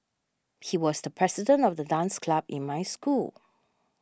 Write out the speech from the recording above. he was the president of the dance club in my school